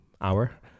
hour